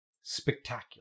spectacular